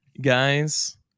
guys